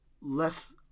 less